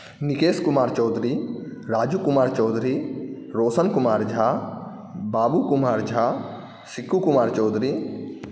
Nikesh Kumar Chaudhary Raju Kumar Chaudhary Raushan Kumar Jha Babu Kumar Jha Siku Kumar Chaudhary